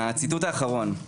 הציטוט האחרון,